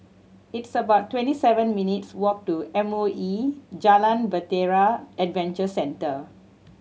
it's about twenty seven minutes' walk to M O E Jalan Bahtera Adventure Centre